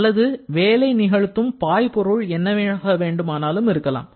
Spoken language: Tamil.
அல்லது வேலை நிகழ்த்தும் பாய்பொருள் என்னவாக வேண்டுமானாலும் இருக்கலாம்